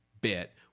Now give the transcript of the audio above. bit